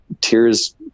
tears